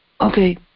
Okay